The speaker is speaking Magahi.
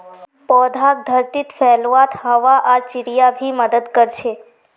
पौधाक धरतीत फैलवात हवा आर चिड़िया भी मदद कर छे